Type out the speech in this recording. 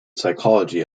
psychology